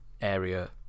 area